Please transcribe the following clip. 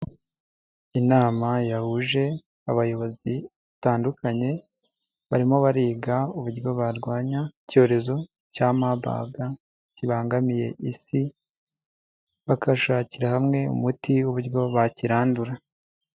Inama yahuje abayobozi batandukanye, barimo bariga uburyo barwanya icyorezo cya mabaga, kibangamiye isi, bagashakira hamwe umuti w' uburyo bakirandura.